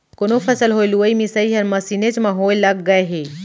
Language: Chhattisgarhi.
कोनो फसल होय लुवई मिसई हर मसीनेच म होय लग गय हे